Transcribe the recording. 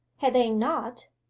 had they not,